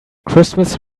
christmas